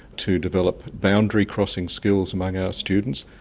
to develop boundary crossing skills among our students,